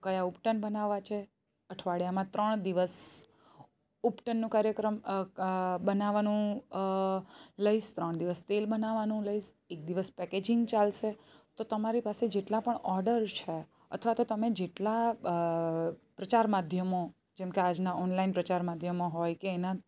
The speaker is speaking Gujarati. કયા ઉપટન બનાવવા છે અઠવાડિયામાં ત્રણ દિવસ ઉપટનનું કાર્યક્રમ બનાવાનું લઈશ ત્રણ દિવસ તેલ બનાવાનું લઈશ એક દિવસ પેકેજિંગ ચાલશે તો તમારી પાસે જેટલા પણ ઓર્ડર છે અથવા તો તમે જેટલા પ્રચાર માધ્યમો જેમ કે આજના ઓનલાઈન પ્રચાર માધ્યમો હોય કે એના